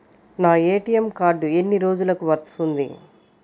నా ATM card ఎన్ని రోజులకు వస్తుంది?